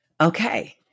Okay